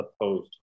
opposed